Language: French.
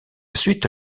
suite